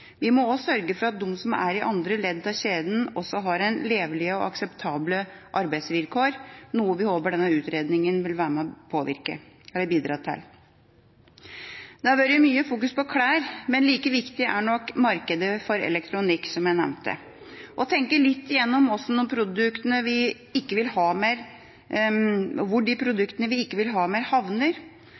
Vi må også sørge for at de som er i andre ledd av kjeden, også har levelige og akseptable arbeidsvilkår, noe vi håper denne utredningen vil være med og bidra til. Det har vært mye fokusering på klær, men like viktig er nok markedet for elektronikk, som jeg nevnte. Å tenke litt igjennom hvor de produktene vi ikke vil ha mer, havner,